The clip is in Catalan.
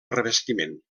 revestiment